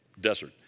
desert